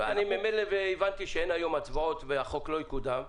אני ממילא הבנתי שאין היום הצבעות והחוק לא יקודם,